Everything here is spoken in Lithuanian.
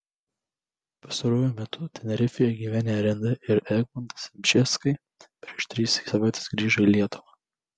pastaruoju metu tenerifėje gyvenę reda ir egmontas bžeskai prieš tris savaites grįžo į lietuvą